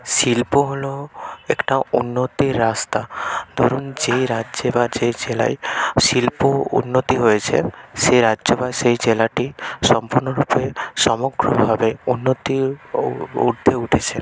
শিল্প হলো একটা উন্নতির রাস্তা ধরুন যে রাজ্যে বা যে জেলায় শিল্প উন্নতি হয়েছে সে রাজ্য বা সেই জেলাটি সম্পূর্ণরূপে সমগ্রভাবে উন্নতির উর্ধ্বে উঠেছে